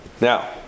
Now